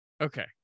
okay